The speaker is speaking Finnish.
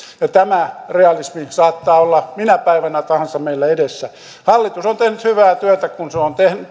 tämä realismi saattaa olla minä päivänä tahansa meillä edessä hallitus on tehnyt hyvää työtä kun se on